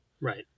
Right